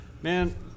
Man